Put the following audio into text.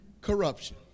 corruption